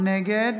נגד